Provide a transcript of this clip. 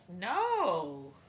No